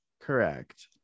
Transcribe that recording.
correct